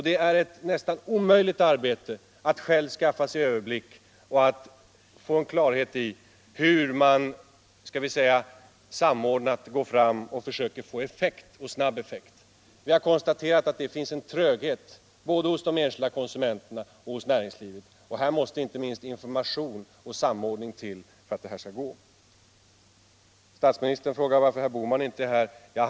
Det är ett nästan omöjligt arbete att själv skaffa sig överblick och att få en klarhet i hur man går fram och försöker få effekt. Vi har konstaterat att det finns en tröghet både hos de enskilda konsumenterna och hos näringslivet. Här måste inte minst information och samordning till för att detta skall ge resultat. Statsministern frågade varför herr Bohman inte är här.